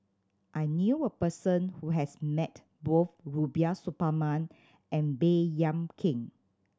I knew a person who has met both Rubiah Suparman and Baey Yam Keng